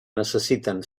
necessiten